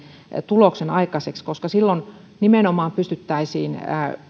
tuloksen aikaiseksi koska silloin nimenomaan